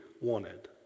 wanted